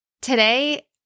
Today